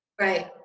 Right